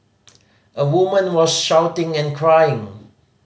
a woman was shouting and crying